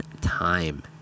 time